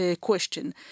question